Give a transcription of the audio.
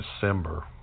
December